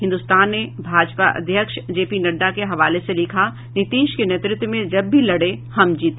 हिन्दुस्तान ने भाजपा अध्यक्ष J P Nadda के हवाले से लिखा है नीतीश के नेतृत्व में जब भी लड़े हम जीते